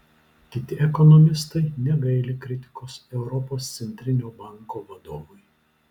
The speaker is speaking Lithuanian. kiti ekonomistai negaili kritikos europos centrinio banko vadovui